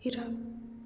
Iran